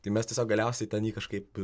tai mes tiesiog galiausiai ten jį kažkaip